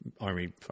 army